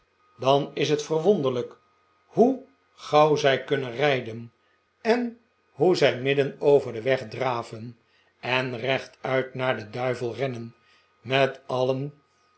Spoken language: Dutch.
dan is het verwonderlijk hoe gauw zij kunnen rijden en hoe zij midden over den weg draven en rechtuit naar den duivel rennen met alien